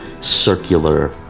circular